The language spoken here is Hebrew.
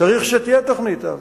צריך שתהיה תוכנית-אב.